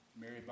Mary